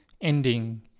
ending